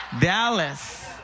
Dallas